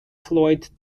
floyd